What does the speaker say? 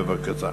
בבקשה.